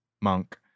Monk